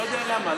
לא יודע למה.